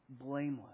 blameless